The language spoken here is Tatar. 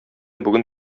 бүген